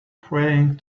praying